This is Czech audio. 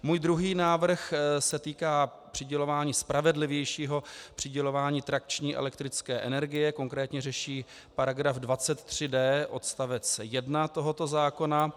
Můj druhý návrh se týká spravedlivějšího přidělování trakční elektrické energie, konkrétně řeší § 23d odst. 1 tohoto zákona.